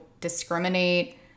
discriminate